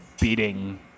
beating